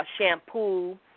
shampoo